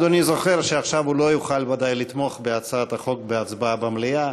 אדוני זוכר שעכשיו הוא לא יוכל ודאי לתמוך בהצעת החוק בהצבעה במליאה,